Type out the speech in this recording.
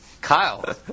Kyle